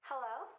Hello